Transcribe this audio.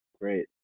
Great